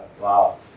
wow